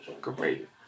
Great